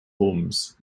homes